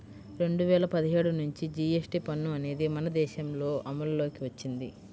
రెండు వేల పదిహేడు నుంచి జీఎస్టీ పన్ను అనేది మన దేశంలో అమల్లోకి వచ్చింది